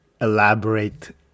elaborate